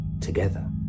together